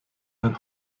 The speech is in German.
herrn